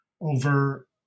over